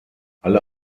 alle